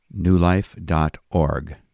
newlife.org